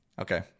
Okay